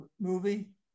movie